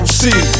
see